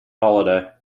holiday